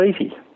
easy